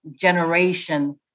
generation